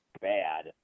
bad